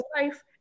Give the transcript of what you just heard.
life